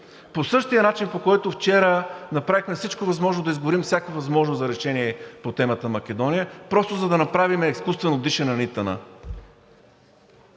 по същия начин, по който вчера направихме всичко възможно да изгорим всякаква възможност за решение по темата Македония, просто за да направим изкуствено дишане на